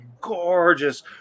gorgeous